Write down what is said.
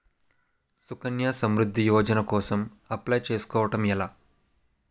సుకన్య సమృద్ధి యోజన కోసం అప్లయ్ చేసుకోవడం ఎలా?